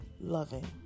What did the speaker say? loving